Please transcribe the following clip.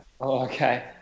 okay